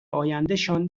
آیندهشان